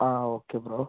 ആ okay bro